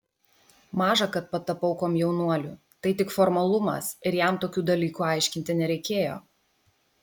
maža kad patapau komjaunuoliu tai tik formalumas ir jam tokių dalykų aiškinti nereikėjo